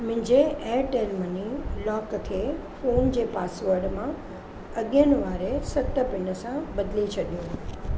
मुंहिंजे Airtel money lock खे phone जे पासवर्ड मां अॻियनि वारे सत पिन सां बदिले छॾियो